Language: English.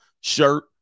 shirt